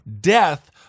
Death